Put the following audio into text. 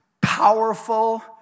powerful